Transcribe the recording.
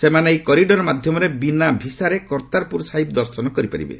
ସେମାନେ ଏହି କରିଡର ମାଧ୍ୟମରେ ବିନା ଭିସାରେ କର୍ତ୍ତାରପୁର ସାହିବ ଦର୍ଶନ କରିପାରିବେ